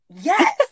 Yes